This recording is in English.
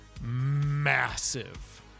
massive